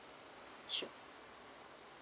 sure